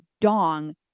dong